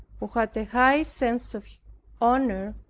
who had a high sense of honor,